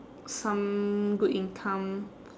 some good income